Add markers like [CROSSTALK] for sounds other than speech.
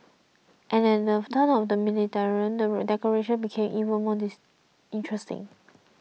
and at the turn of the millennium the decorations became [UNINTELLIGIBLE] more interesting